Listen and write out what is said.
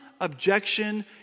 objection